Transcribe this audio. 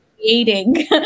creating